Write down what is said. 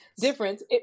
difference